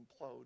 implode